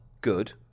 good